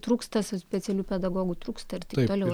trūksta specialių pedagogų trūksta ir taip toliau